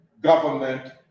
government